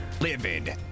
livid